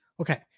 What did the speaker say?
Okay